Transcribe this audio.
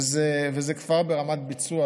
וזה כבר ברמת ביצוע.